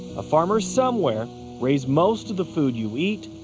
a farmer somewhere raised most of the food you eat,